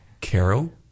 Carol